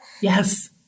yes